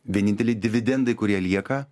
vieninteliai dividendai kurie lieka